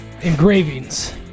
Engravings